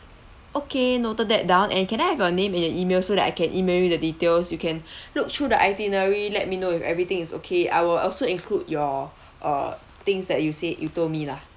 okay noted that down and can I have your name and your email so that I can email you the details you can look through the itinerary let me know if everything is okay I will also include your uh things that you said you told me lah